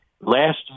last